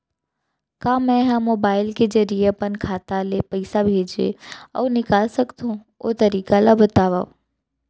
का मै ह मोबाइल के जरिए अपन खाता ले पइसा भेज अऊ निकाल सकथों, ओ तरीका ला बतावव?